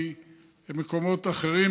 ממקומות אחרים,